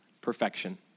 perfection